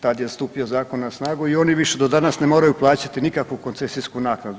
Tad je stupio zakon na snagu i oni više do danas ne moraju plaćati nikakvu koncesijsku naknadu.